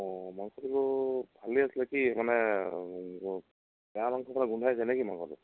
অঁ মাংসটোটো ভালেই আছিলে কি মানে বেয়া মাংস গোন্ধাইছে নেকি মাংসটো